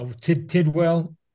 Tidwell